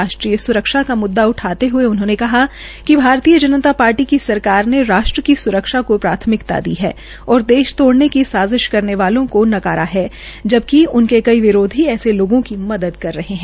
राष्ट्रीय स्रक्षा का मूद्दा उठाते हये उन्होंने कहा कि भारतीय जनता पार्टी की सरकार ने राष्ट्र की स्रक्षा को प्राथमिकता दी है और देश तोड़ने की साजिश करने वालो को नकारा है जबकि उनके कई विरोधी ऐसे लोगों की मदद कर रहे है